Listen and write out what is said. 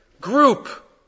group